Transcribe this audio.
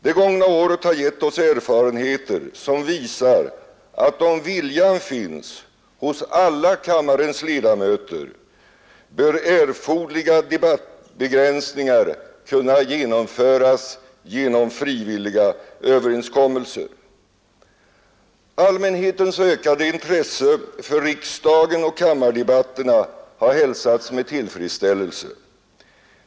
Det gångna året har gett oss erfarenheter som visar att om viljan finns hos alla kammarens ledamöter bör erforderliga debattbegränsningar kunna åstadkommas på frivillig väg. Allmänhetens ökade intresse för riksdagen och kammardebatterna har hälsats med tillfredsställelse.